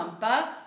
pas